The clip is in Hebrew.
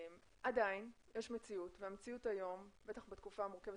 עדיין יש מציאות והמציאות היום בטח בתקופה המורכבת